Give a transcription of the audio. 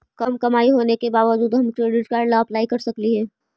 कम कमाई होने के बाबजूद हम क्रेडिट कार्ड ला अप्लाई कर सकली हे?